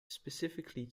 specifically